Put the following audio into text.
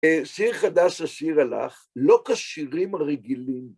שיר חדש אשירה לך, לא כשירים הרגילים.